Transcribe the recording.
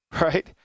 right